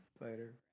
Later